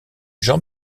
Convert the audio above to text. jean